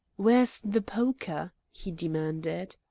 where's the poker? he demanded.